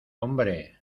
hombre